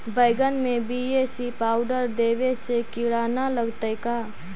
बैगन में B A C powder देबे से किड़ा न लगतै का?